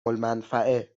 المنفعه